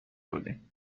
بودیم